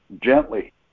gently